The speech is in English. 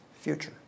future